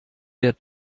der